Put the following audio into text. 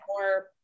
more